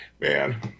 man